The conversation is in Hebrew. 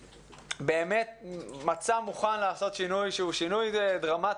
באמת מצע מוכן לעשות שינוי שהוא שינוי דרמטי.